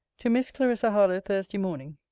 to miss clarissa harlowe thursday morning.